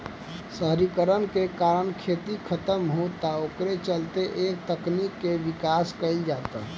शहरीकरण के कारण खेत खतम होता ओकरे चलते ए तकनीक के विकास कईल जाता